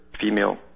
female